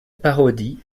parodie